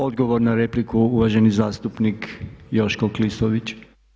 Odgovor na repliku uvaženi zastupnik Joško Klisović.